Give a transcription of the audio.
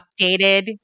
updated